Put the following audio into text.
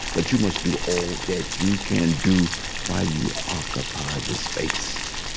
but you must do all that you can do while you occupy this space